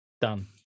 Done